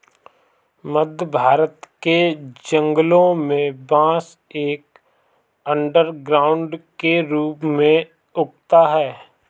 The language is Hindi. मध्य भारत के जंगलों में बांस एक अंडरग्राउंड के रूप में उगता है